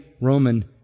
Roman